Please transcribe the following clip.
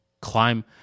climb